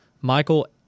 Michael